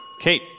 Kate